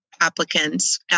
applicants